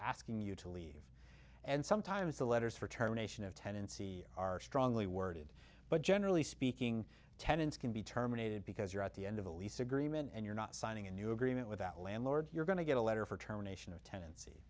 asking you to leave and sometimes the letters for terminations of tenancy are strongly worded but generally speaking tenants can be terminated because you're at the end of the lease agreement and you're not signing a new agreement with that landlord you're going to get a letter for terminations of ten